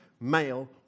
male